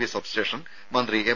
V substation മന്ത്രി M